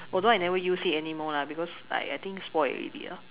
although I never use it anymore lah because I I think spoil already lah